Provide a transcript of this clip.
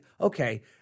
okay